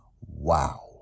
wow